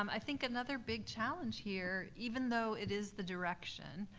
um i think another big challenge here, even though it is the direction,